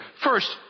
First